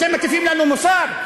אתם מטיפים לנו מוסר?